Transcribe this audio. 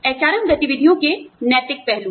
HRM गतिविधियों के नैतिक पहलू